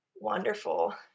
wonderful